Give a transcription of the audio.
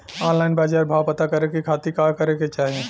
Online बाजार भाव पता करे के खाती का करे के चाही?